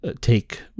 take